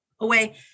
away